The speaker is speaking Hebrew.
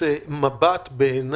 בוקר טוב.